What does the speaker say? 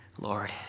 Lord